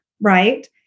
right